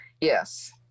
Yes